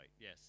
yes